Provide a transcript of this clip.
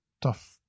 tough